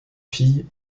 filles